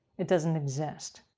it doesn't exist.